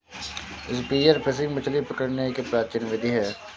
spear fishing मछली पकड़ने की एक प्राचीन विधि है